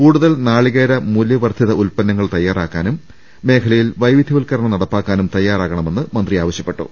കൂടുതൽ നാളികേര മൂല്യവർധിത ഉത്പന്നങ്ങൾ തയ്യാറാ ക്കാനും മേഖലയിൽ വൈവിധ്യവൽക്കരണം നടപ്പാക്കാനും തയ്യാറാക ണമെന്ന് മന്ത്രി ആവശ്യപ്പെട്ടു